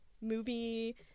movie